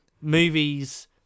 movies